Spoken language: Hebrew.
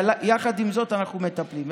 יחד עם זאת, אנחנו מטפלים.